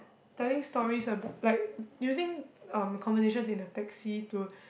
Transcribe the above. telling stories about like using um conversations in a taxi to